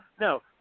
no